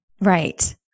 Right